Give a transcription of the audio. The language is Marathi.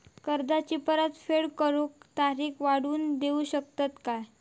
कर्जाची परत फेड करूक तारीख वाढवून देऊ शकतत काय?